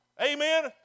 Amen